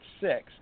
six